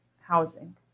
housing